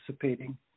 participating